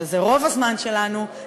שזה רוב הזמן שלנו,